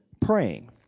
praying